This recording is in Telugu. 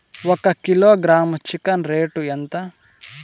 ఒక కిలోగ్రాము చికెన్ రేటు ఎంత?